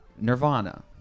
nirvana